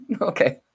okay